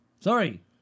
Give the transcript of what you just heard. Sorry